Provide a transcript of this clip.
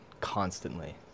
constantly